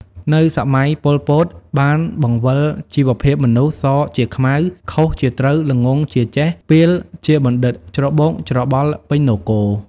នៅ សម័យ ប៉ុល ពត បានបង្វិលជីវភាពមនុស្ស សជាខ្មៅ ខុសជាត្រូវ ល្ងង់ ជាចេះ ពាល ជាបណ្ឌិត ច្របូកច្របល់ពេញនគរ។